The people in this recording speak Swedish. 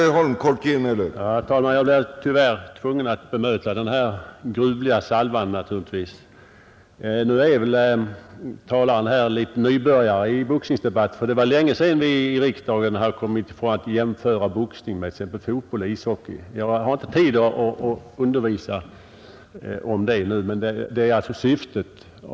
Herr talman! Jag är naturligtvis tyvärr tvungen att bemöta denna gruvliga salva. Talaren är väl nybörjare i boxningsdebatten — det var länge sedan vi i riksdagen kom ifrån att jämföra boxning med t.ex. fotboll och ishockey. Jag har inte tid att undervisa om det nu, men skillnaden är ju själva syftet med utövningen.